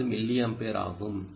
6 milliampere ஆகும்